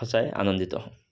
সঁচাই আনন্দিত